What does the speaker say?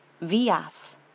vias